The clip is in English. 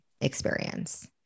experience